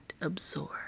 absorb